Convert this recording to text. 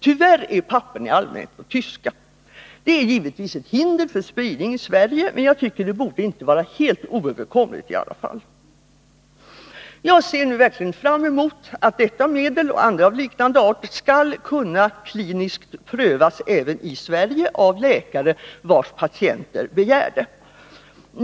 Tyvärr är papperen i allmänhet på tyska. Det är givetvis ett hinder för spridning i Sverige, men jag tycker i alla fall inte att det borde vara helt oöverkomligt. Jag ser nu verkligen fram emot att detta medel och andra av liknande art skall kunna prövas kliniskt även i Sverige av läkare vilkas patienter begär det.